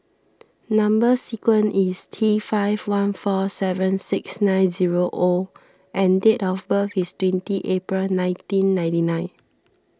Number Sequence is T five one four seven six nine zero O and date of birth is twenty April nineteen ninety nine